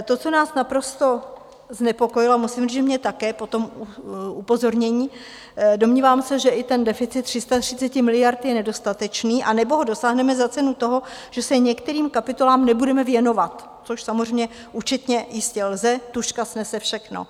To, co nás naprosto znepokojilo, a musím říct, že mě také po tom upozornění, domnívám se, že i deficit 330 miliard je nedostatečný, anebo ho dosáhneme za cenu toho, že se některým kapitolám nebudeme věnovat, což samozřejmě účetně jistě lze, tužka snese všechno.